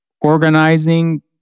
organizing